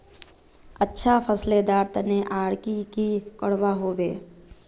अच्छा फसलेर तने आर की की करवा होबे?